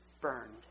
burned